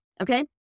okay